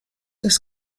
das